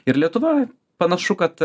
ir lietuva panašu kad